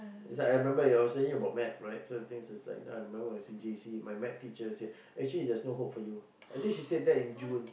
is like I remember you were saying about math right so the thing is like I'm remember is in J_C my math teacher said is actually there's no hope for you I think she said that in June